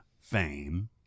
fame